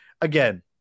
again